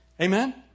Amen